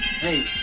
Hey